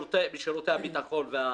משירותי הביטחון והאחרים,